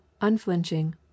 unflinching